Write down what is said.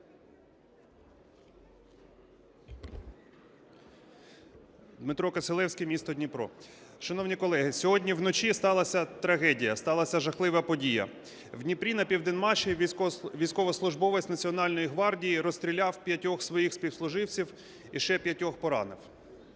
Дмитро Кисилевський, місто Дніпро. Шановні колеги, сьогодні вночі сталася трагедія, сталася жахлива подія: в Дніпрі на Південмаші військовослужбовець Національної гвардії розстріляв п'ятьох своїх співслуживців і ще п'ятьох поранив.